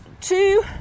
two